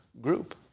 group